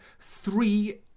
three